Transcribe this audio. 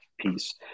piece